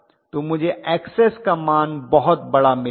तो मुझे Xs का मान बहुत बड़ा मिलेगा